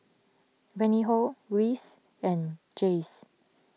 Reinhold Rhys and Jayce